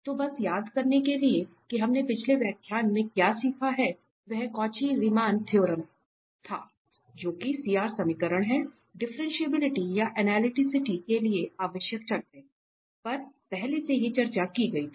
तो बस याद करने के लिए कि हमने पिछले व्याख्यान में क्या सीखा है वह कौची रीमान समीकरण था जो कि CR समीकरण है डिफ्रेंटिएबिलिटीया अनलिटीसीटी के लिए आवश्यक शर्तों पर पहले से ही चर्चा की गई थी